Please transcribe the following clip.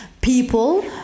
people